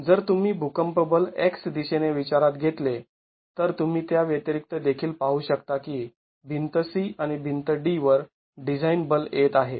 जर तुम्ही भूकंप बल x दिशेने विचारात घेतले तर तुम्ही त्या व्यतिरिक्त देखिल पाहू शकता की भिंत C आणि भिंत D वर डिझाईन बल येत आहे